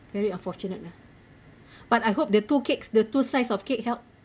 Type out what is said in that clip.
very unfortunate ah but I hope the two cakes the two size of cakes helped